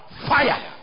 fire